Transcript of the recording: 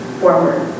forward